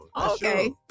Okay